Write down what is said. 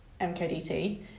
MKDT